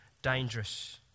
dangerous